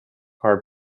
are